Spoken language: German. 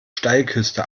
steilküste